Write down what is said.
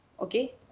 Okay